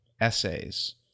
essays